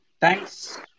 thanks